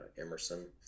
Emerson